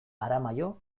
aramaio